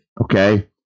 okay